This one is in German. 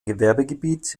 gewerbegebiet